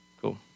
Cool